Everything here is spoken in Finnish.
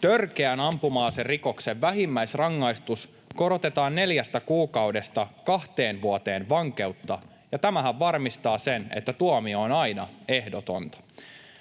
Törkeän ampuma-aserikoksen vähimmäisrangaistus korotetaan neljästä kuukaudesta kahteen vuoteen vankeutta, ja tämähän varmistaa sen, että tuomio on aina ehdotonta.